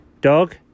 Dog